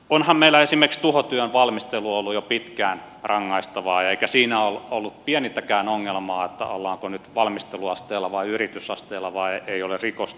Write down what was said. onhan meillä esimerkiksi tuhotyön valmistelu ollut jo pitkään rangaistavaa eikä siinä ole ollut pienintäkään ongelmaa ollaanko nyt valmisteluasteella vai yritysasteella vai eikö ole rikosta